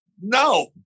no